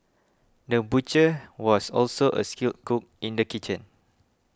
the butcher was also a skilled cook in the kitchen